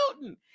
Newton